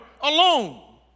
alone